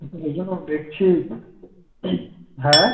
ওই জন্য দেখছি হ্যাঁ